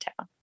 town